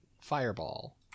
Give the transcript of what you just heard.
Fireball